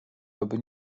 aby